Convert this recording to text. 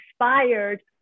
inspired